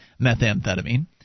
methamphetamine